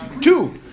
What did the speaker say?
Two